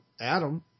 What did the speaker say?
Adam